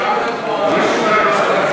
ראש הממשלה צריך,